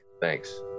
Thanks